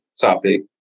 topic